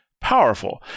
powerful